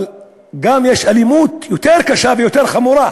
אבל גם יש אלימות יותר קשה ויותר חמורה.